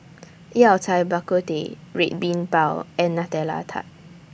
Yao Cai Bak Kut Teh Red Bean Bao and Nutella Tart